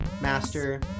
master